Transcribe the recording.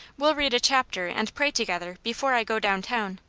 we'll read a chapter and pray to gether before i go down town,